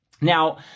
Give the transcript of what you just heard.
Now